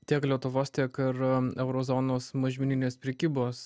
tiek lietuvos tiek ir euro zonos mažmeninės prekybos